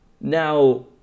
Now